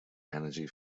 energy